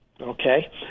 Okay